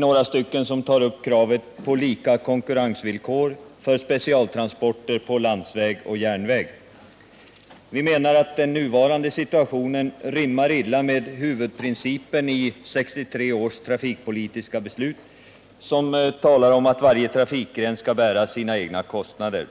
några andra ledamöter tagit upp kravet på lika konkurrensvillkor för specialtransporter på landsväg och järnväg. Vi menar att den nuvarande situationen rimmar illa med huvudprincipen i 1963 års trafikpolitiska beslut, som talar om att varje trafikgren skall bära sina egna kostnader.